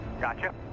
Gotcha